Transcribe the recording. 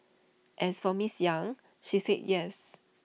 as for miss yang she said yes